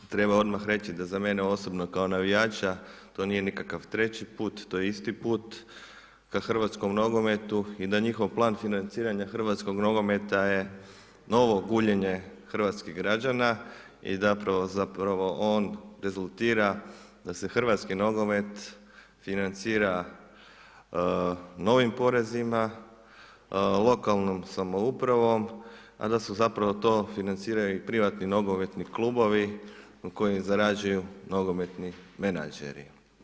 Treba odmah reći da za mene osobno kao navijača to nije nikakav treći put, to je isti put ka hrvatskom nogometu i da njihov plan financiranja hrvatskog nogometa je novo guljenje hrvatskih građana i zapravo on rezultira da se hrvatski nogomet financira novim porezima, lokalnom samoupravom, a da su zapravo to financiraju privatni nogometni klubovi koji zarađuju nogometni menadžeri.